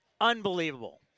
Unbelievable